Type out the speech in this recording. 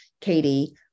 Katie